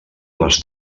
les